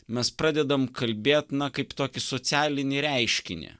mes pradedam kalbėt na kaip tokį socialinį reiškinį